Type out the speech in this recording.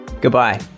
Goodbye